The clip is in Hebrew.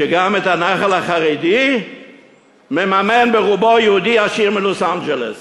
שגם את הנח"ל החרדי מממן ברובו יהודי עשיר מלוס-אנג'לס,